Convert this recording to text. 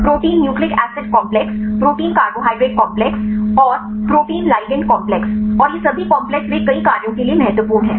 protein nucleic acid complex protein carbohydrate complexes और protein ligand complex और ये सभी कॉम्प्लेक्स वे कई कार्यों के लिए महत्वपूर्ण हैं